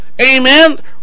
Amen